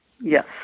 Yes